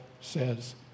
says